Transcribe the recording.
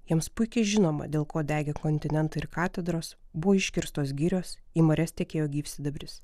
jiems puikiai žinoma dėl ko degė kontinentai ir katedros buvo iškirstos girios į marias tekėjo gyvsidabris